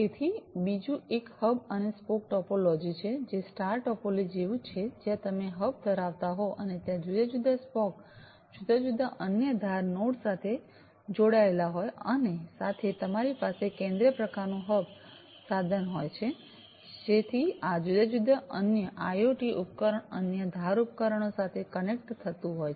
તેથી બીજું એક હબ અને સ્પોક ટોપોલોજી છે જે સ્ટાર ટોપોલોજી જેવું જ છે જ્યાં તમે હબ ધરાવતા હો અને ત્યાં જુદા જુદા સ્પોક જુદા જુદા અન્ય ધાર નોડ સાથે જોડાયેલા હોય અને સાથે તમારી પાસે કેન્દ્રિય પ્રકારનું હબ સાધન હોય છે જે આ જુદા જુદા અન્ય આઇઓટી ઉપકરણો અન્ય ધાર ઉપકરણો સાથે કનેક્ટ થતું હોય છે